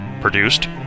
produced